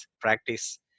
practice